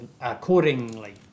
accordingly